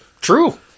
True